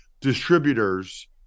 distributors